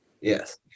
Yes